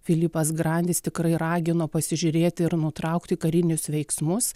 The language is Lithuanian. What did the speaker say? filipas grandis tikrai ragino pasižiūrėti ir nutraukti karinius veiksmus